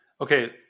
Okay